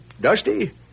Dusty